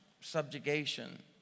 subjugation